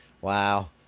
Wow